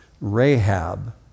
Rahab